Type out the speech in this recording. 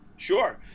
Sure